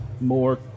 more